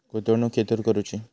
गुंतवणुक खेतुर करूची?